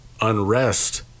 unrest